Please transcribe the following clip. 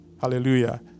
Hallelujah